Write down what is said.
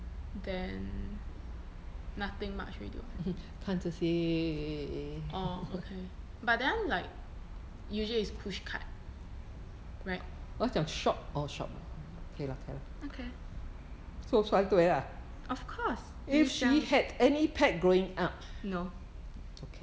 then nothing much already [what] orh okay but that one like usually is pushcart right okay of course no